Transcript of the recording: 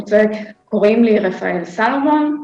הוא צעק: קוראים לי רפאל סלומון,